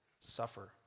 suffer